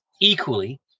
equally